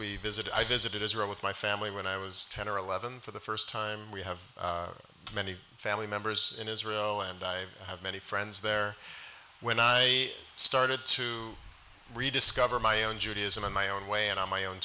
we visit i visited israel with my family when i was ten or eleven for the first time we have many family members in israel and i have many friends there when i started to rediscover my own judaism in my own way and on my own